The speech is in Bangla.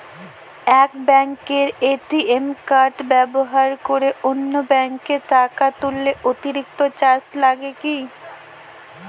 এক ব্যাঙ্কের এ.টি.এম কার্ড ব্যবহার করে অন্য ব্যঙ্কে টাকা তুললে অতিরিক্ত চার্জ লাগে কি?